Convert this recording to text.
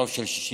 רוב של 61,